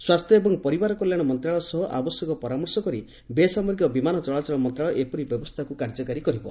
ସ୍ୱାସ୍କ୍ୟ ଏବଂ ପରିବାର କଲ୍ୟାଣ ମନ୍ତଶାଳୟ ସହ ଆବଶ୍ୟକ ପରାମର୍ଶ କରି ବେସାମରିକ ବିମାନ ଚଳାଚଳ ମନ୍ତଶାଳୟ ଏପରି ବ୍ୟବସ୍ତା କାର୍ଯ୍ୟକାରୀ କରିବ